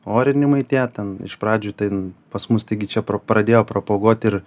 orinimai tie ten iš pradžių ten pas mus taigi čia pro pradėjo propaguot ir